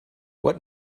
what